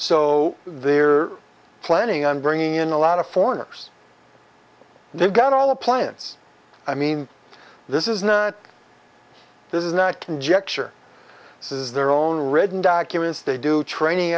so they are planning on bringing in a lot of foreigners they've got all the plants i mean this is not this is not conjecture this is their own written documents they do training